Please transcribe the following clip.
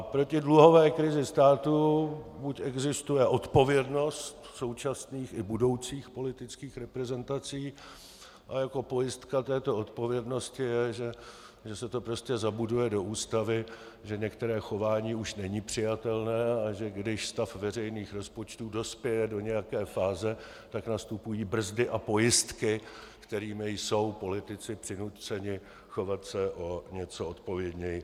Proti dluhové krizi státu buď existuje odpovědnost současných i budoucích politických reprezentací, a jako pojistka této odpovědnosti je, že se to prostě zabuduje do ústavy, že některé chování už není přijatelné, a že když stav veřejných rozpočtů dospěje do nějaké fáze, tak nastupují brzdy a pojistky, kterými jsou politici přinuceni chovat se o něco odpovědněji.